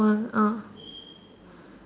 one uh